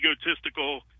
egotistical